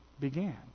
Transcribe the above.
began